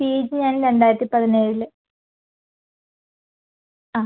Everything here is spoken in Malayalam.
പി ജി ഞാൻ രണ്ടായിരത്തി പതിനേഴില് ആ